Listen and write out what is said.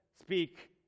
speak